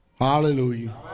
Hallelujah